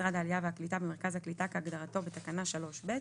לו נציג משרד העלייה והקליטה במרכז הקליטה כהגדרתו בתקנה 3(ב)."